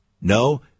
no